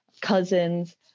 Cousins